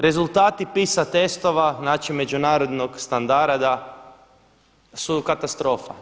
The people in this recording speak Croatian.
Rezultati PISA testova, znači međunarodnog standarda su katastrofa.